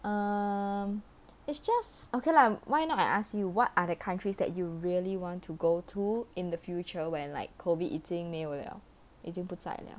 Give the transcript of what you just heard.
um it's just okay lah why not I ask you what are the countries that you really want to go to in the future where like COVID 已经没有了已经不在了